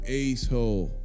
acehole